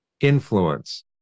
influence